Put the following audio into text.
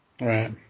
Right